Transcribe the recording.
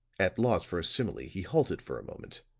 at loss for a simile he halted for a moment,